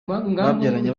babyaranye